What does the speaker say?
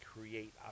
create